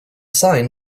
sign